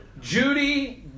Judy